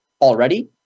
already